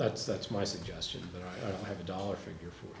that's that's my suggestion that i have a dollar figure for